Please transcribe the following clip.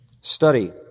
study